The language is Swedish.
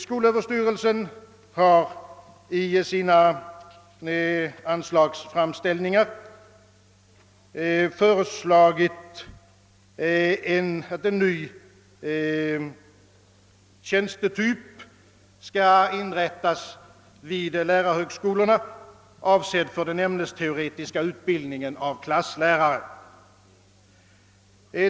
Skolöverstyrelsen har i sina anslagsframställningar föreslagit, att en ny tjänstetyp skall inrättas vid lärarhögskolorna, avsedd för den ämnesteoretiska utbildningen av klasslärare.